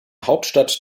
hauptstadt